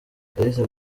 kalisa